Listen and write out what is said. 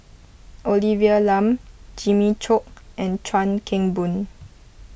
Olivia Lum Jimmy Chok and Chuan Keng Boon